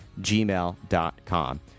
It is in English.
gmail.com